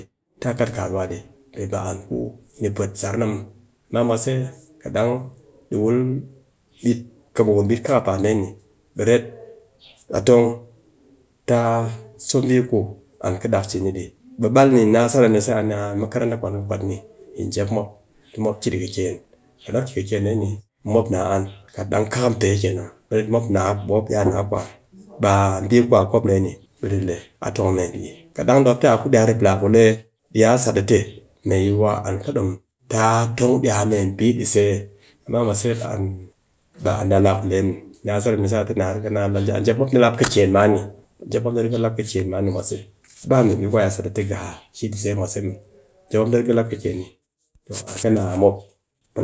Ta kat karuwa ɗi, pe ba an ku ni pwet sar na muw, dang mwase dang ɗi wul kɨbukun ɓit kakapaat dee ni ɓet ret a tong taa so mbi ku kɨ dak ni cin ɗee, ɓe ɓal ni na sat a ni se, a ni a makaranta ku a kɨ kwat ni njep mop tɨ mop ki ɗi kɨken, kat mop ki kɨken dee ni ɓe mop naa an, kat dang kakam pee kenan, ɓe mop naa, ɓe mop iya naa kwan, ɓe a mbi ku a kop dee ni, ɓe ɗi le a tong a mee mbi. Kat dang yi mop te a ku di a rep laa ku lee ɓe ya sat a te, mai yuwa an ki ɗom ta tong ɗi a mee mbi ɗi se, dang mwase an, ba an ɗi a laa ku lee muw, yaa sat a ni se a te na riga na le njep mop, mop ni lap kɨken man ni. Njep mop ni riga lap kɨken man ni mwase. Baa an ku mbi ku a iya a sat a sat a te ga shi see mwase muw, pe mop ni riga lap kɨken ni, toh mwase dee a mop.